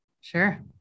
Sure